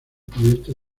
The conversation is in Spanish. cubierta